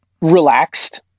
Relaxed